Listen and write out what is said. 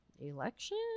Election